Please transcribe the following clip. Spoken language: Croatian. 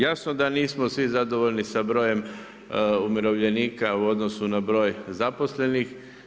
Jasno da nismo svi zadovoljni sa broj umirovljenika u odnosu na broj zaposlenih.